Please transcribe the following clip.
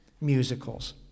musicals